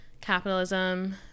Capitalism